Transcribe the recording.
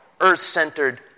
earth-centered